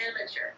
amateur